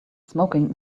smoking